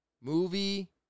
movie